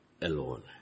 alone